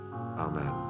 Amen